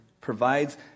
provides